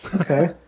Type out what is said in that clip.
Okay